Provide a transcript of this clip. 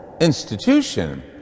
institution